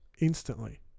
instantly